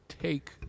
take